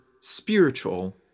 spiritual